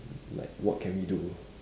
like what can we do